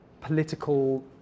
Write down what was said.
political